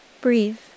Breathe